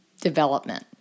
development